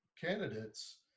candidates